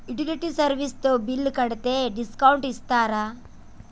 Utility service తో బిల్లు కడితే డిస్కౌంట్ ఇస్తరా?